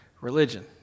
religion